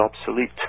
obsolete